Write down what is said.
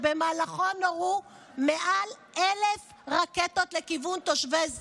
שבמהלכו נורו מעל 1,000 רקטות לכיוון תושבי הדרום.